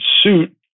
suit